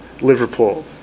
Liverpool